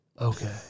Okay